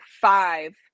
five